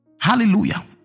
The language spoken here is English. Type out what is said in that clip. hallelujah